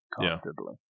comfortably